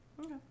Okay